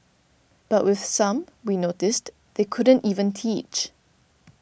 but with some we noticed they couldn't even teach